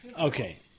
Okay